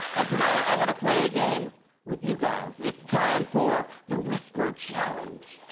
and tonight, i want to play a game with you guys. it's time for the whisper challenge.